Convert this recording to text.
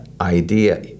idea